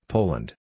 Poland